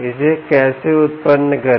इसे कैसे उत्पन्न करें